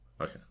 Okay